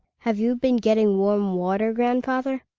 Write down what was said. have you been getting warm water, grand father,